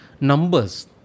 numbers